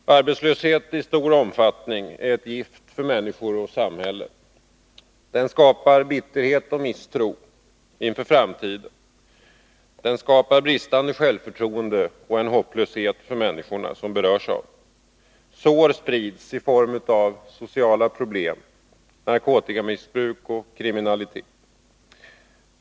Herr talman! Arbetslöshet i stor omfattning är ett gift för människor och samhälle. Den skapar bitterhet och misstro inför framtiden. Den skapar bristande självförtroende och en hopplöshet för de människor som berörs av den. Sår uppkommer genom sociala problem, narkotikamissbruk och kriminalitet.